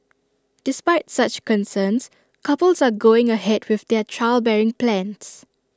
despite such concerns couples are going ahead with their childbearing plans